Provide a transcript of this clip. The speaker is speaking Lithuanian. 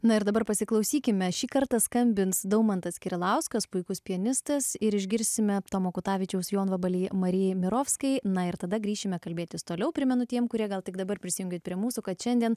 na ir dabar pasiklausykime šį kartą skambins daumantas kirilauskas puikus pianistas ir išgirsime tomo kutavičiaus jonvabalį marijai mirofskai na ir tada grįšime kalbėtis toliau primenu tiems kurie gal tik dabar prisijungia prie mūsų kad šiandien